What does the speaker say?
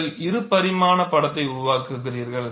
நீங்கள் இரு பரிமாண படத்தை உருவாக்குகிறீர்கள்